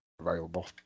available